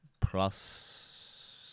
plus